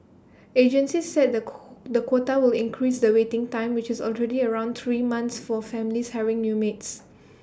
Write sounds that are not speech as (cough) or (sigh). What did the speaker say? agencies said the (noise) the quota will increase the waiting time which is already around three months for families hiring new maids